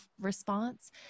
response